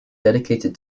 dedicated